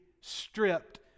stripped